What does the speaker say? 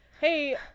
Hey